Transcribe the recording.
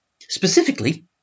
Specifically